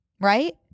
Right